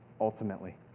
Ultimately